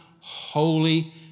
holy